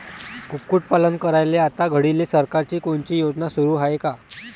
कुक्कुटपालन करायले आता घडीले सरकारची कोनची योजना सुरू हाये का?